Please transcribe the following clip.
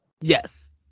Yes